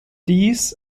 dies